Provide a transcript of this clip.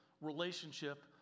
relationship